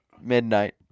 midnight